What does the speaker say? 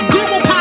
Google